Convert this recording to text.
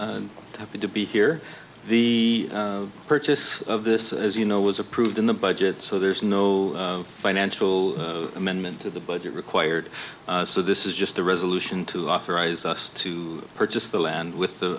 to be here the purchase of this as you know was approved in the budget so there's no financial amendment to the budget required so this is just the resolution to authorize us to purchase the land with the